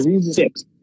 six